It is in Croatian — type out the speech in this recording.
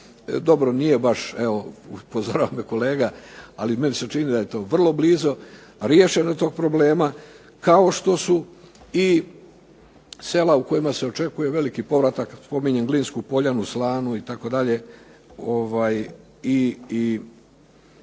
dobro nije baš, evo upozorava me kolega ali meni se čini da je to vrlo blizu, riješeno tog problema, kao što su i sela u kojima se očekuje veliki povratak, spominjem Glinsku Poljanu, Slanu itd. i